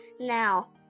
Now